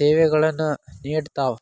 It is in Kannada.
ಸೇವೆಗಳನ್ನ ನೇಡತಾವ